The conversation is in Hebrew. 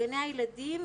גני הילדים,